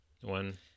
One